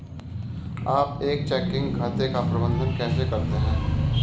आप एक चेकिंग खाते का प्रबंधन कैसे करते हैं?